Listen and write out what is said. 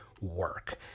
work